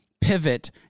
pivot